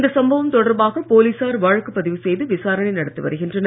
இந்த சம்பவம் தொடர்பாக போலீசார் வழக்குப்பதிவு செய்து விசாரணை நடத்தி வருகின்றனர்